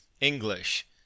English